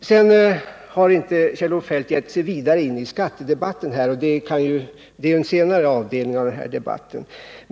Kjell-Olof Feldt har inte gett sig djupare in i skattedebatten, men den tillhör ju en senare del av den här debatten.